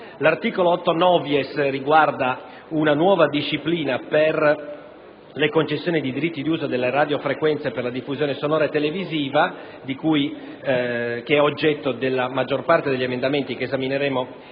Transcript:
L'articolo 8-*novies* riguarda una nuova disciplina per le concessioni dei diritti di uso delle radiofrequenze per la diffusione sonora e televisiva, materia peraltro oggetto della maggior parte degli emendamenti che andremo ad esaminare.